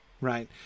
right